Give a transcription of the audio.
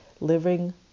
living